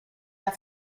der